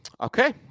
okay